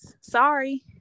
Sorry